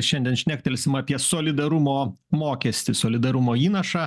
šiandien šnektelsim apie solidarumo mokestį solidarumo įnašą